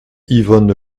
yvonne